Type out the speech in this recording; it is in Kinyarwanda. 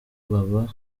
baba